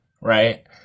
right